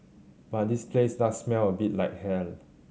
but this place does smell a bit like hell